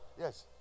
Yes